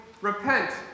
Repent